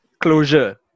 closure